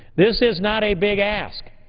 this is not a big ask.